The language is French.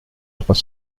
trois